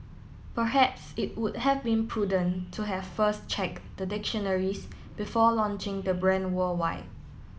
perhaps it would have been prudent to have first check the dictionaries before launching the brand worldwide